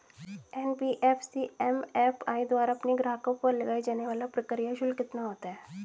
NBFC MFI द्वारा अपने ग्राहकों पर लगाए जाने वाला प्रक्रिया शुल्क कितना होता है?